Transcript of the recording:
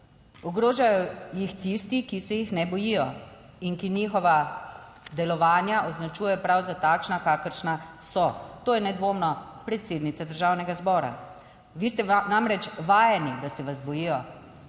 Ogrožajo jih tisti, ki se jih ne bojijo in ki njihova delovanja označuje prav za takšna kakršna so. To je nedvomno predsednica Državnega zbora. Vi ste namreč vajeni, da se vas bojijo